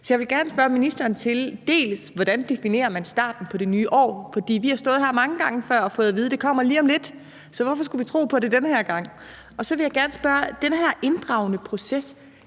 Så jeg vil gerne spørge ministeren om, hvordan man definerer starten på det nye år. For vi har stået her mange gange før og fået at vide, at det kommer lige om lidt. Så hvorfor skulle vi tro på det den her gang? Så vil jeg gerne spørge om den her inddragende proces.